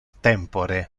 tempore